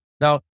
Now